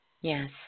Yes